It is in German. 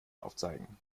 aufzeigen